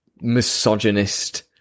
misogynist